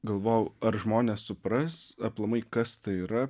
galvojau ar žmonės supras aplamai kas tai yra